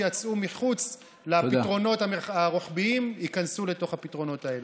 שיצאו מחוץ לפתרונות הרוחביים ייכנסו לתוך הפתרונות האלה.